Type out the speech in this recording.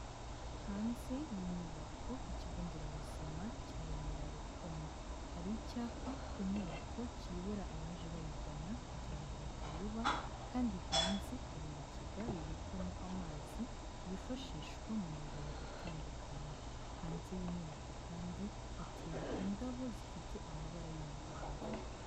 Hanze y'inyubako y'Ikigo Nderabuzima cya Remera-Rukoma. Hari icyapa ku nyubako kiyobora abaje bayigana kugira ngo batayoba, kandi hanze hari ibigega bibikwamo amazi yifashishwa mu mirimo itandukanye. Hanze y'inyubako kandi, hateye indabo zifite amabara y'umuhondo.